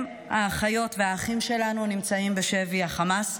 האחיות והאחים שלנו נמצאים בשבי החמאס.